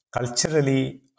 culturally